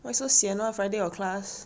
why so sian [one] friday got class